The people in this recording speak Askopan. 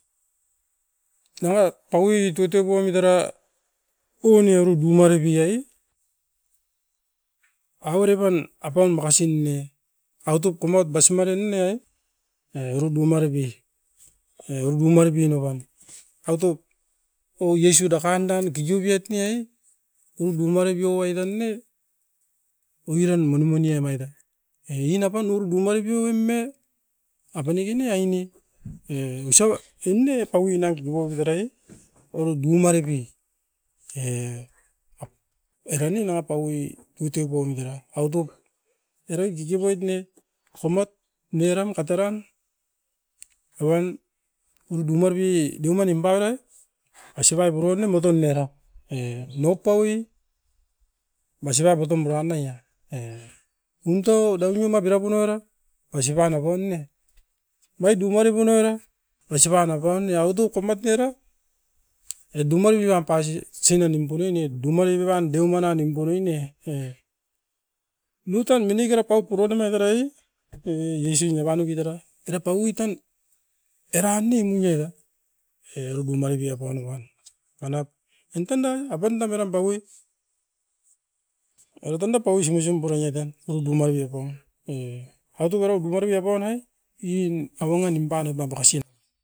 Nawat taui tutu poimit era unie urudu maripiae, averepan apaun makasin ne autop komot basimaren ne, e urudu maripi, e urudu maripi noven. Autop o yesu dakandan kikiubiot ne ai urudu maripi owai tan ne, oiran manumanie omait era. E iin apan urudu maipioem e, apanikine aine e osap ine paui naut kiokuperai e, urudu maripi. E era ne napaui tutui poimit era, autop erai kikipoit ne komat neoran kateran apan urudu maripie deoma nimparait asipaip borou ne moton era. E noupaui masipap outom puran ne a, e untou daunima pirapun era, poisipan noupon ne noit dumaripu noira poisipa napaun ne autu komait niera edumagin apasi sinanimpunoin oit deuma nini ban deuman nan nimpunine, e. Miutan minikera paut puraut omait era i, e isuin evan nobitera tera paui tan era ne nuin era, e arupum manipi apaun apan tanat. Oin tanda apandam eram paui, mangutan da paui sumisum purania tan, ounkuma piopou e. Autu mara kuporio apaun nai, iin awanga nimpanoit ma makasi nanga